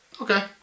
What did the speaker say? Okay